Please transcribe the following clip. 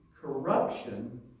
corruption